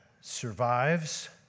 survives